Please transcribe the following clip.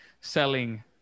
selling